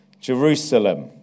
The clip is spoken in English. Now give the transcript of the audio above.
Jerusalem